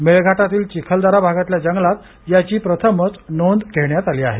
मेळघाटातील चिखलदरा भागातल्या जंगलात यांची प्रथमच नोंद घेण्यात आली आहे